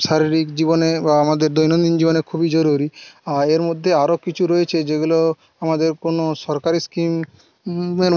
শারীরিক জীবনে বা আমাদের দৈনন্দিন জীবনে খুবই জরুরী এর মধ্যে আরও কিছু রয়েছে যেগুলো আমাদের কোনো সরকারি স্কিমের